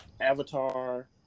Avatar